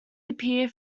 appear